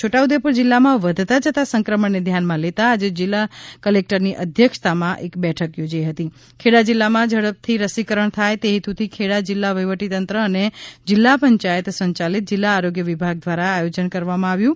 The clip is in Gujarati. છોટા ઉદેપુર જીલ્લામાં વધતા જતા સંક્રમણને ધ્યાનમાં લેતા આજે જિલાલા કલેકટરની અધ્યક્ષતામાં બેઠક યોજાઇ હતી ખેડા જિલ્લામાં ઝડપથી રસીકરણ થાય તે હેતુથી ખેડા જિલ્લા વહીવટીતંત્ર અને જિલ્લા પંચાયત સંચાલિત જિલ્લા આરોગ્ય વિભાગ દ્વારા આયોજન કરવામાં આવ્યું છે